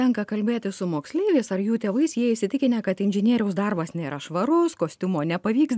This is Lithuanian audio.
tenka kalbėtis su moksleiviais ar jų tėvais jie įsitikinę kad inžinieriaus darbas nėra švaraus kostiumo nepavyks